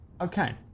Okay